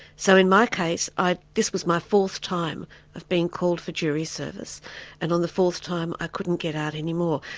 so in my case, this was my fourth time of being called for jury service and on the fourth time i couldn't get out any more,